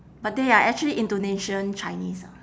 but they are actually indonesian chinese ah